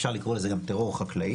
אפשר לקרוא לזה גם טרור חקלאי.